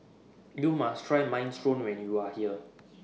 YOU must Try Minestrone when YOU Are here